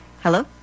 Hello